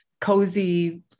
cozy